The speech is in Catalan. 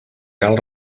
cal